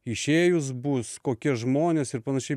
išėjus bus kokie žmonės ir panašiai